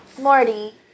Morty